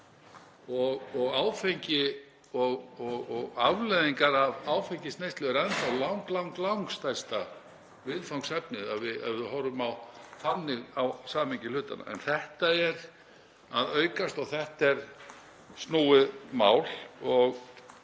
og afleiðingar af áfengisneyslu er enn þá langstærsta viðfangsefnið ef við horfum þannig á samhengi hlutanna. En þetta er að aukast og þetta er snúið mál.